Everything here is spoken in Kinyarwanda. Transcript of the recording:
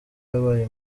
yabaye